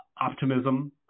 optimism